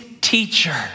teacher